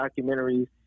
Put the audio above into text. documentaries